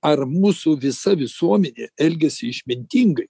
ar mūsų visa visuomenė elgiasi išmintingai